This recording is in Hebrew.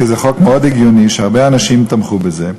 כי זה חוק מאוד הגיוני והרבה אנשים תמכו בזה.